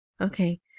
Okay